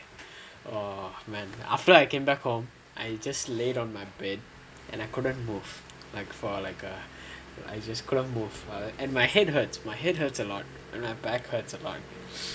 oh man after I came back home I just laid on my bed and I couldn't move like for like a I just couldn't move ah and my head hurts my head hurts a lot and my back hurts a lot